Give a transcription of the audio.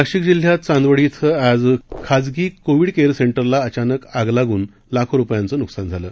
नाशिक जिल्ह्यात चांदवड श्व आज खाजगी कोविड केअर सेंटरला अचानक आग लागून लाखो रुपयांचे नुकसान झाले